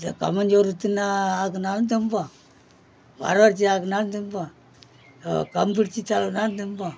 இந்த கம்மச்சோறு தின்னா ஆக்கினாலும் தின்போம் வரகு அரிசி ஆக்கினாலும் தின்போம் கம்பு அரிசி தின்போம்